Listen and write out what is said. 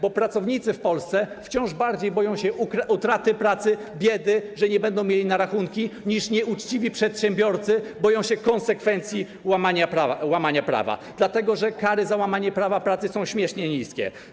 Bo pracownicy w Polsce wciąż bardziej boją się utraty pracy, biedy, tego, że nie będą mieli na rachunki, niż nieuczciwi przedsiębiorcy boją się konsekwencji łamania prawa, dlatego że kary za łamanie prawa pracy są śmiesznie niskie.